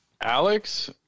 Alex